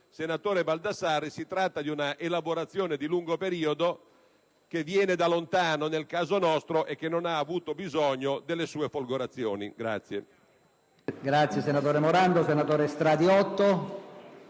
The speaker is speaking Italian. senatore Baldassarri, si tratta di una elaborazione di lungo periodo che viene da lontano nel caso nostro e che non ha avuto bisogno delle sue folgorazioni.